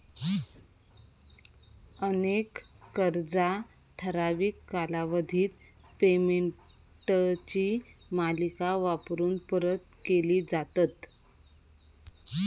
अनेक कर्जा ठराविक कालावधीत पेमेंटची मालिका वापरून परत केली जातत